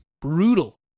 brutal